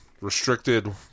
restricted